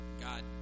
God